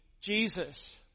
Jesus